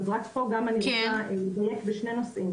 אז פה רק אני רוצה לדייק בשני נושאים,